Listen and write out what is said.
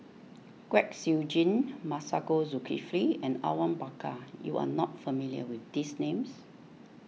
Kwek Siew Jin Masagos Zulkifli and Awang Bakar you are not familiar with these names